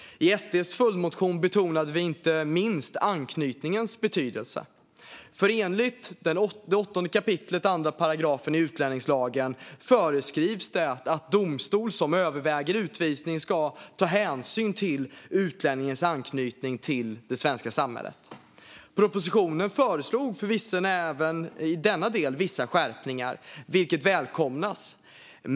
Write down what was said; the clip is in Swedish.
I SD:s följdmotion betonade vi inte minst anknytningens betydelse. Enligt 8 kap. 2 § i utlänningslagen föreskrivs det att domstol som överväger utvisning ska ta hänsyn till utlänningens anknytning till det svenska samhället. Propositionen föreslog även i denna del vissa skärpningar, vilket välkomnas.